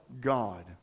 God